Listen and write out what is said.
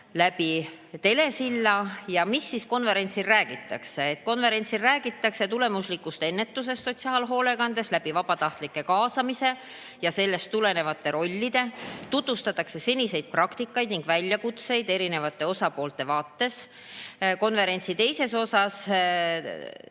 ka telesilla kaudu. Mida siis sellel konverentsil räägitakse? Konverentsil räägitakse tulemuslikust ennetusest sotsiaalhoolekandes vabatahtlike kaasamise ja sellest tulenevate rollide abil, tutvustatakse seniseid praktikaid ning väljakutseid eri osapoolte vaates. Konverentsi teises osas